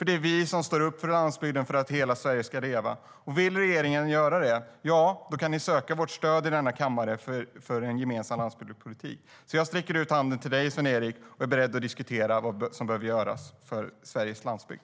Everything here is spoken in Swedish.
Det är vi som står upp för landsbygden och för att hela Sverige ska leva. Vill regeringen göra det kan den söka vårt stöd i denna kammare för en gemensam landsbygdspolitik. Jag sträcker ut handen till dig, Sven-Erik, och är beredd att diskutera vad som behöver göras för Sveriges landsbygd.